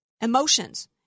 emotions